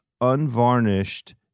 unvarnished